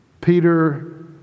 Peter